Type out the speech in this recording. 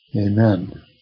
amen